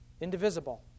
Indivisible